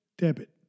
debit